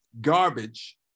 garbage